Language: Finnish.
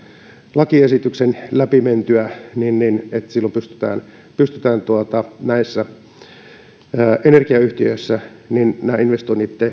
lakiesityksen läpi mentyä niin niin että silloin pystytään pystytään energiayhtiöissä investoinnit